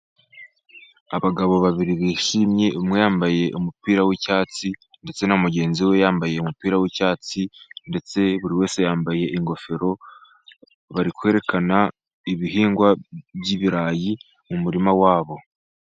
Abagabo babiri bishimye, umwe yambaye umupira wicyatsi ndetse na mugenzi we yambaye umupira wicyatsi, ndetse buri wese yambaye ingofero bari kwerekana ibihingwa by'ibirayi mumurima wabo.